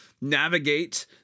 navigate